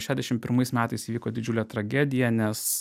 šedešim pirmais metais įvyko didžiulė tragedija nes